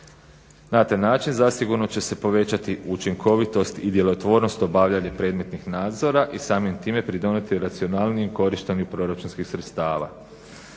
Na taj način zasigurno će se povećati učinkovitost i djelotvornost obavljanja predmetnih nadzora i samim time pridonijeti racionalnijem korištenju proračunskih sredstava.